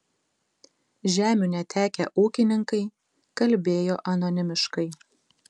žemių netekę ūkininkai kalbėjo anonimiškai